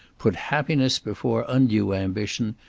put happiness before undue ambition,